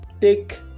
take